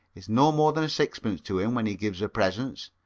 is no more than a sixpence to him when he gives her presents.